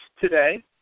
today